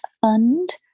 fund